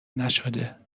نشده